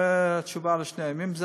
זו התשובה לשניהם.